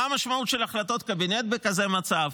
מה המשמעות של החלטות קבינט בכזה מצב?